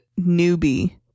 newbie